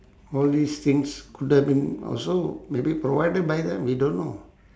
all these things could have been also maybe provided by them we don't know